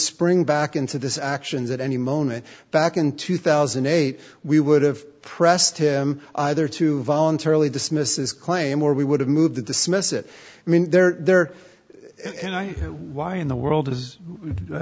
spring back into this actions at any moment back in two thousand and eight we would have pressed him either to voluntarily dismiss as claim or we would have moved to dismiss it i mean there there and i why in the world as i